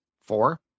Four